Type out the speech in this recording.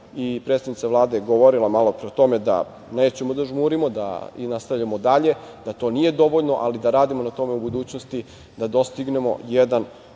predsednica Vlade je govorila malopre o tome da nećemo da žmurimo, da nastavljamo dalje, da to nije dovoljno, ali da radimo na tome u budućnosti da dostignemo jedan